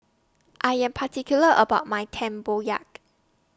I Am particular about My Tempoyak